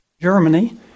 Germany